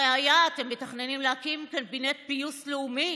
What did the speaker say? הרי הראיה: אתם מתכננים להקים קבינט פיוס לאומי